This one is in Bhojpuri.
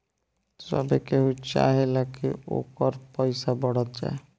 सभे केहू चाहेला की ओकर पईसा बढ़त जाए